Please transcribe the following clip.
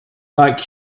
like